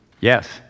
Yes